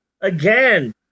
again